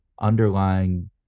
underlying